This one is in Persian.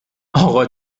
اقا